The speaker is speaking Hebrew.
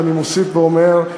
ואני מוסיף ואומר,